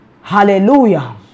Hallelujah